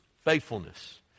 faithfulness